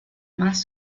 más